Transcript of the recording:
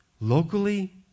locally